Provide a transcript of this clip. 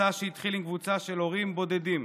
מסע שהתחיל עם קבוצה של הורים בודדים,